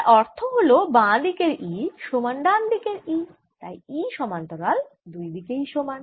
যার অর্থ হল বাঁ দিকের E সমান ডান দিকের E তাই E সমান্তরাল দুই দিকেই সমান